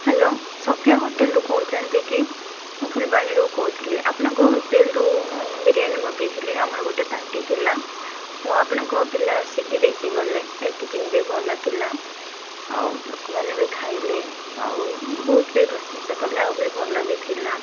hello Sophia ହୋଟେଲରୁ କହୁଛନ୍ତି କି ମୁଁ ଫୁଲବାଣୀରୁ କହୁଥିଲି ଆପଣଙ୍କ ହୋଟେଲରୁ ମୁଁ ବିରିୟାନୀ ମଗେଇଥିଲି ଆମର ଗୋଟିଏ ପାର୍ଟି ଥିଲା ତ ଆପଣଙ୍କ ପିଲା ଆସିକି ଦେଇକି ଗଲେ ପ୍ୟାକେଜିଙ୍ଗ ବି ଭଲ ଥିଲା ଆଉ ଲୋକମାନେ ବି ଖାଇଲେ ଆଉ ବହୁତ ବି ପ୍ରଶଂସା କଲେ ଆଉ ବି ଭଲ ବି ଥିଲା